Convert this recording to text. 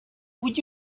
would